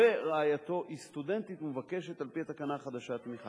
ורעייתו היא סטודנטית ומבקשת על-פי התקנה החדשה תמיכה?